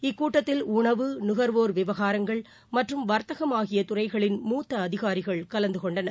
இக்கூட்டத்தில் உணவு நுகர்வோர் விவகாரங்கள் மற்றம் வர்த்தகம் ஆகியதுறைகளின் மூத்தஅதிகாரிகள் கலந்துகொண்டனர்